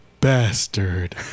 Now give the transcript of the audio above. bastard